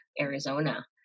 Arizona